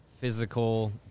physical